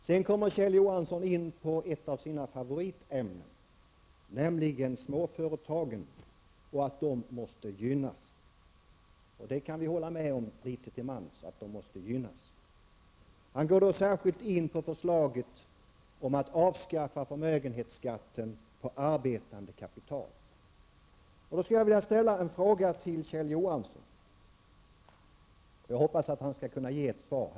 Sedan kommer Kjell Johansson in på ett av sina favoritämnen, nämligen småföretagen och att de måste gynnas. Det kan vi hålla med om litet till mans, att de måste gynnas. Han går särskilt in på förslaget om att avskaffa förmögenhetsskatten på arbetande kapital. Då skulle jag vilja ställa en fråga till Kjell Johansson. Jag hoppas att han skall kunna ge ett svar.